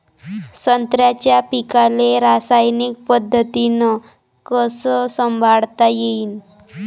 संत्र्याच्या पीकाले रासायनिक पद्धतीनं कस संभाळता येईन?